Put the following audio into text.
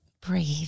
Breathe